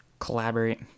collaborate